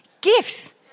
gifts